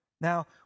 Now